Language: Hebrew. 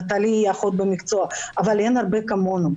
נטלי היא אחות במקצועה אבל אין הרבה כמונו.